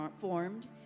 formed